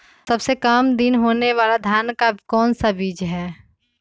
सबसे काम दिन होने वाला धान का कौन सा बीज हैँ?